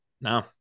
No